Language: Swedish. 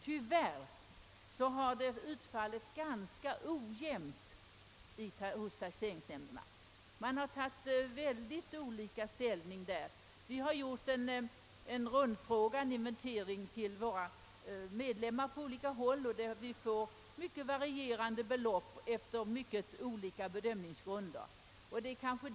Tyvärr har utfallet av rekommendationen blivit ganska ojämht hos taxeringsnämnderna, och det har varit stor skillnad på ställningstagandena. Vi har riktat en rundfråga till våra medlemmar på olika håll, och den inventeringen har givit till resultat att beloppen för avdragen blivit mycket varierande på grund av att bedömningsgrunderna varit olika.